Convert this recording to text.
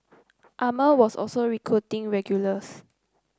Armour was also recruiting regulars